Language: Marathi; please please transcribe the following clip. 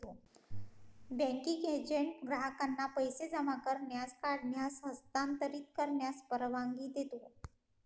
बँकिंग एजंट ग्राहकांना पैसे जमा करण्यास, काढण्यास, हस्तांतरित करण्यास परवानगी देतो